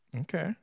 Okay